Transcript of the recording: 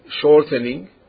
shortening